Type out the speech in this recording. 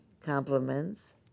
compliments